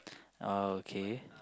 oh okay